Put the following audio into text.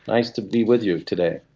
nice to be with you today.